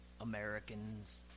Americans